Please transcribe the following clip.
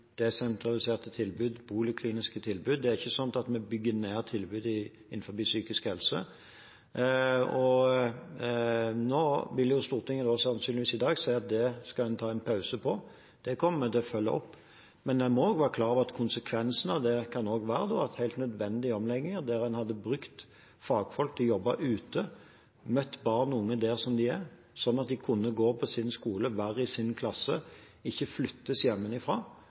tilbud, polikliniske tilbud. Det er ikke sånn at vi bygger ned tilbud innenfor psykisk helse. Nå vil jo Stortinget, sannsynligvis i dag, si at man skal ta en pause. Det kommer vi til å følge opp, men en må være klar over at konsekvensene av det også kan være at helt nødvendige omlegginger – der en hadde brukt fagfolk til å jobbe ute, møtt barn og unge der de er, sånn at de kunne gå på sin skole, være i sin klasse, ikke flyttes